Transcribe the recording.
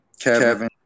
Kevin